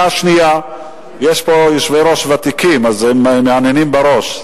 יש פה יושבי-ראש ותיקים, אז הם מהנהנים בראש.